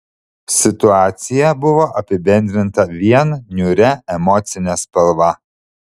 situacija buvo apibendrinta vien niūria emocine spalva